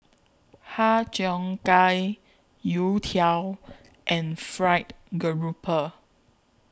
Har Cheong Gai Youtiao and Fried Garoupa